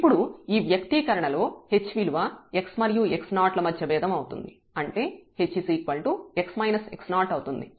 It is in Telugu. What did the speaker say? ఇప్పుడు ఈ వ్యక్తీకరణ లో h విలువ x మరియు x0 ల మధ్య భేదం అవుతుంది అంటే h x x0 అవుతుంది